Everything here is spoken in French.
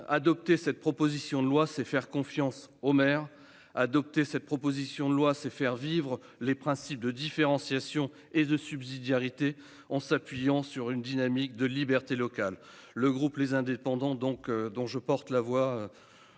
Adopter cette proposition de loi, c'est faire confiance aux maires. Adopter cette proposition de loi, c'est faire vivre les principes de différenciation et de subsidiarité en s'appuyant sur une dynamique de liberté locale. Le groupe Les Indépendants - République